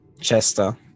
chester